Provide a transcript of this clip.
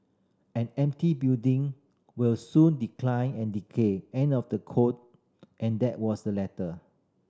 an empty building will soon decline and decay end of the quote and that was the letter